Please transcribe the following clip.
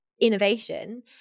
innovation